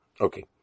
okay